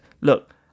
look